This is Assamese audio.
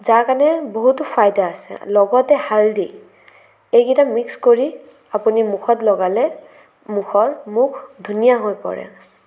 যাৰ কাৰণে বহুতো ফাইডা আছে লগতে হালধি এই কেইটা মিক্স কৰি আপুনি মুখত লগালে মুখৰ মুখ ধুনীয়া হৈ পৰে